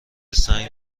سنگ